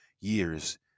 years